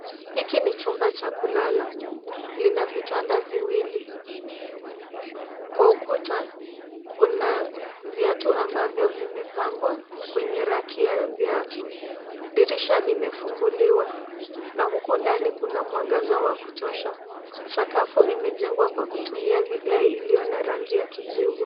Hiki ni chumba cha kulala. Lina vitanda viwili. Kwa ukuta kuna viatu ambavyo vimepangwa kwenye raki ya viatu. Dirisha limefunguliwa na huku ndani kuna mwangaza wa kutosha. Sakafu imejengwa kwa kutumia vigae iliyo na rangi ya kijivu.